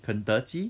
肯德基